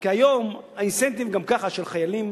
כי היום האינסנטיב גם ככה של חיילים